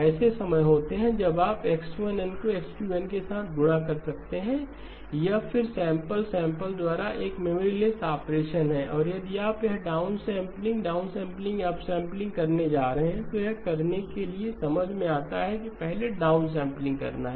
ऐसे समय होते हैं जब आप X1 n को X2 n के साथ गुणा कर सकते हैं यह फिर सैंपल से सैंपल द्वारा एक मेमोरी लेस्स ऑपरेशन है और यदि आप यहां डाउनसेंपलिंग डाउनसेंपलिंग या अपसेंपलिंग करने जा रहे हैं तो यह करने के लिए समझ में आता है पहले डाउनसेंपलिंग करना है